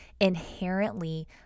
inherently